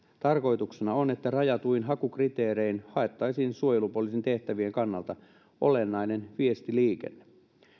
tarkoituksena on että rajatuin hakukriteerein haettaisiin suojelupoliisin tehtävien kannalta olennainen viestiliikenne